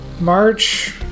March